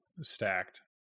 stacked